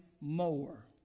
more